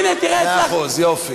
הנה, תראה, מאה אחוז, יופי.